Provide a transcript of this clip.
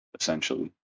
essentially